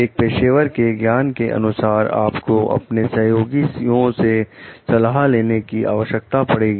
एक पेशेवर के ज्ञान के अनुसार आपको अपने सहयोगी यों से सलाह लेने की आवश्यकता पड़ेगी